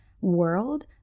world